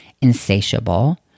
insatiable